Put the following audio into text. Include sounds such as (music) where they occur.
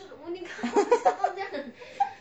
(laughs)